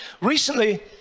recently